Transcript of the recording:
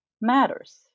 matters